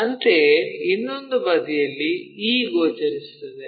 ಅಂತೆಯೇ ಇನ್ನೊಂದು ಬದಿಯಲ್ಲಿ e ಗೋಚರಿಸುತ್ತದೆ